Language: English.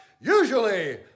usually